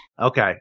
Okay